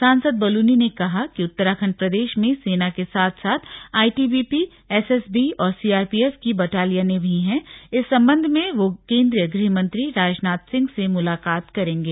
सांसद बलूनी ने कहा कि उत्तराखंड प्रदेश में सेना के साथ साथ प्ज्ठचैठ और ब्ल्थ की बटालियनें भी हैं इस संबंध में वो केंद्रीय गृहमंत्री राजनाथ सिंह से मुलाकात करेंगे